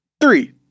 three